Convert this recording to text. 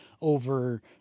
over